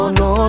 no